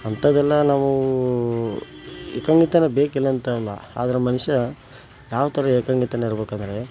ಅಂಥದ್ದೆಲ್ಲ ನಾವು ಏಕಾಂಗಿತನ ಬೇಕಿಲ್ಲಂತಲ್ಲ ಆದ್ರೆ ಮನುಷ್ಯ ಯಾವ ಥರ ಏಕಾಂಗಿತನ ಇರಬೇಕಂದ್ರೆ